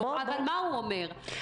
אבל מה הוא אומר?